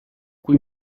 qui